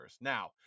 Now